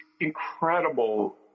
incredible